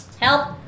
Help